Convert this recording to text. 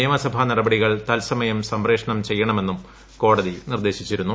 നിയമസഭാ നടപടികൾ ത്ത്സ്മയം സംപ്രേക്ഷണം ചെയ്യണമെന്നും കോടതി നിർദ്ദേശിച്ചിരുന്നു